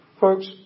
Folks